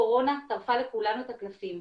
הקורונה טרפה לכולנו את הקלפים.